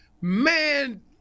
man